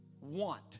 want